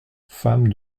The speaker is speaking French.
femme